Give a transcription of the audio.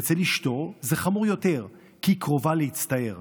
ואצל אשתו זה חמור יותר, כי קרובה להצטער.